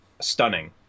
stunning